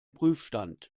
prüfstand